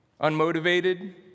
unmotivated